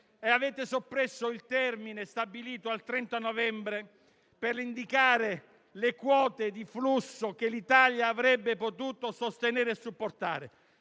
e avete soppresso il termine stabilito al 30 novembre per indicare le quote di flusso che l'Italia avrebbe potuto sostenere e supportare.